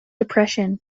depression